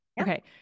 Okay